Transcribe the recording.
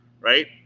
right